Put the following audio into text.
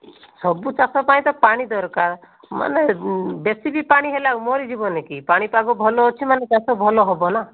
ସବୁ ଚାଷ ପାଇଁ ତ ପାଣି ଦରକାର ମାନେ ବେଶିକି ପାଣି ହେଲେ ଆଉ ମରିଯିବ ଯିବ ନି କି ପାଣିପାଗ ଭଲ ଅଛି ମାନେ ଚାଷ ଭଲ ହବ ନା